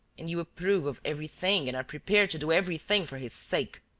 and you approve of everything and are prepared to do everything for his sake.